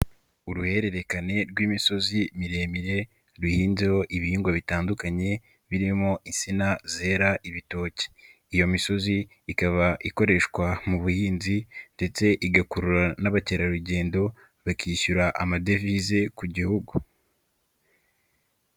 Uruhererekane rw'imisozi miremire ruhinzeho ibihingwa bitandukanye birimo insina zera ibitoki, iyo misozi ikaba ikoreshwa mu buhinzi ndetse igakurura n'abakerarugendo bakishyura amadevize ku Gihugu.